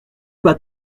pas